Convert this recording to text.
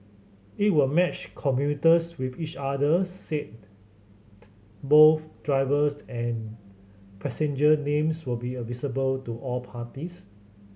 it will match commuters with each others said both drivers and passenger names will be visible to all parties